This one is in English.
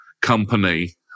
company